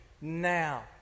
now